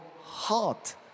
heart